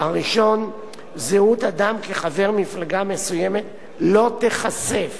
1. זהות אדם כחבר מפלגה מסוימת לא תיחשף